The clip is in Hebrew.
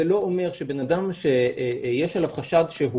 זה לא אומרת שבן אדם שיש עליו חשד שהוא